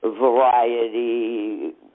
variety